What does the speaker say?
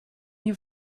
you